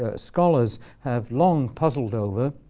ah scholars have long puzzled over,